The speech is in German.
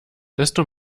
desto